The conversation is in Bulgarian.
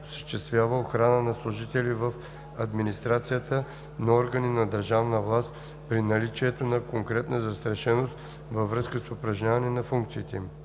осъществява охрана на служители в администрацията на органи на държавна власт, при наличието на конкретна застрашеност във връзка с упражняване на функциите им;